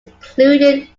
included